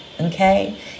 Okay